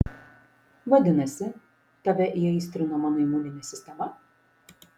vadinasi tave įaistrino mano imuninė sistema